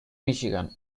michigan